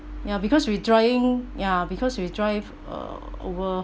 ya because we driving ya because we drive uh over